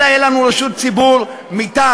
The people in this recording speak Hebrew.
אלא תהיה לנו רשות שידור מטעם,